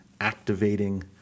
activating